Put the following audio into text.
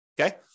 Okay